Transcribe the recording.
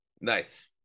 Nice